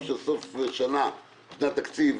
של סוף שנת תקציב,